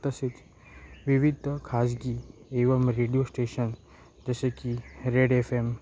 तसेच विविध खाजगी एवं रेडिओ श्टेशन जसे की रेड एफ एम